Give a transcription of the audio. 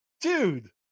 dude